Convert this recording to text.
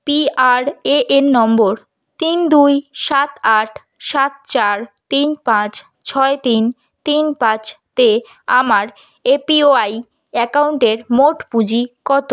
PRAN নম্বর তিন দুই সাত আট সাত চার তিন পাঁচ ছয় তিন তিন পাঁচতে আমার এপিওয়াই অ্যাকাউন্টের মোট পুঁজি কত